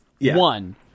One